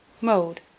Mode